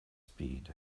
speed